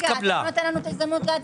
רגע, אתה לא נותן לנו את ההזדמנות לנמק.